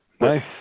Nice